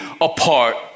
apart